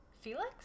Felix